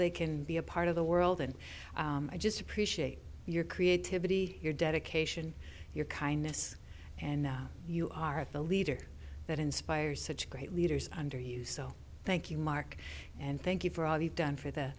they can be a part of the world and i just appreciate your creativity your dedication your kindness and now you are the leader that inspires such great leaders under he so thank you mark and thank you for all you've done for th